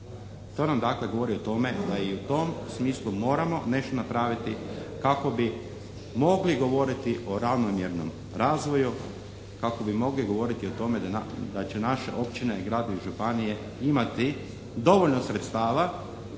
To nam dakle govori o tome da je i u tom smislu moramo nešto napraviti kako bi mogli govoriti o ravnomjernom razvoju, kako bi mogli govoriti o tome da će naše općine, grad i županije imati dovoljno sredstava